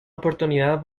oportunidad